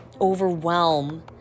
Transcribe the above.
overwhelm